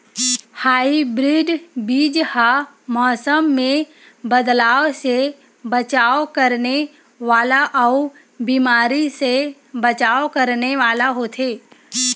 hybrid बीज हा मौसम मे बदलाव से बचाव करने वाला अउ बीमारी से बचाव करने वाला होथे